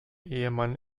ehemann